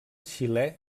xilè